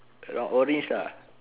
around orange lah